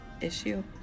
issue